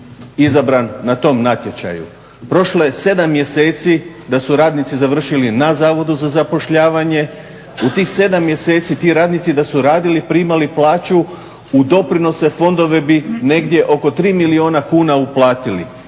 izabran na tom natječaju? Prošlo je 7 mjeseci da su radnici završili na Zavodu za zapošljavanje. U tih 7 mjeseci ti radnici da su radili i primali plaću u doprinose fondova bi negdje oko 3 milijuna kuna uplatili.